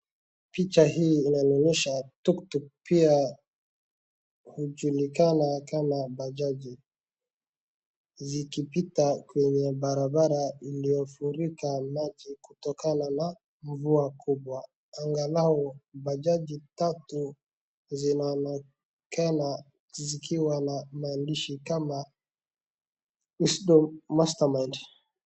Picha hii inanyonye tuktuk pia hujulikana kama bajaji zikipita kwenye barabara iliyofurika maji kutokana na mvua kubwa, angalau bajaji tatu zinaonekana zikiwa na maandishi kama Wisdom Mastermind .